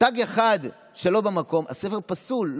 תג אחד שלא במקום, הספר פסול.